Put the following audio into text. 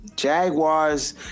Jaguars